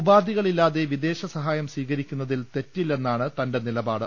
ഉപാധികളില്ലാതെ വിദേശസഹായം സ്വീകരിക്കുന്നതിൽ തെറ്റില്ലെന്നാണ് തന്റെ നിലപാട്